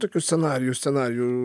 tokių scenarijų scenarijų